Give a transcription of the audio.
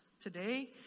Today